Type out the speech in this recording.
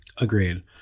Agreed